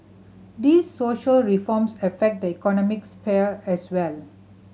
these social reforms affect the economic sphere as well